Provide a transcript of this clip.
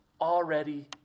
already